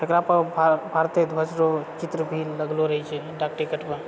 एकरा पर भारतीय ध्वज रऽ चित्र भी लगलो रहैत छै डाक टिकट पर